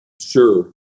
Sure